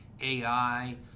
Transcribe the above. ai